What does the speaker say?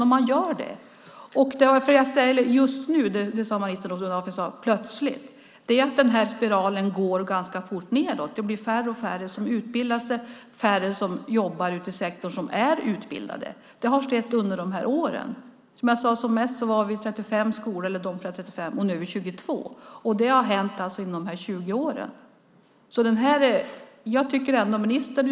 Ministern sade något om att jag ställer frågan plötsligt. Det beror på att den här spiralen går ganska fort nedåt. Det blir färre och färre som utbildar sig och färre utbildade som jobbar ute i sektorn. Det har skett under de här åren. Som mest fanns det 35 skolor, och nu är det 22. Det har hänt under de här 20 åren.